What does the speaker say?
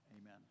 Amen